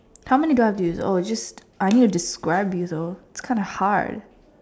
how many do I have to use oh just I need to describe you though it's kinda hard